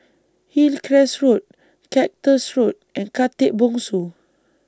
Hillcrest Road Cactus Road and Khatib Bongsu